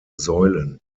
säulen